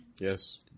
Yes